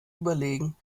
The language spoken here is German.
überlegen